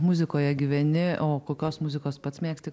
muzikoje gyveni o kokios muzikos pats mėgsti